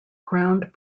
ground